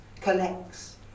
collects